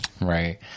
Right